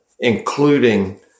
including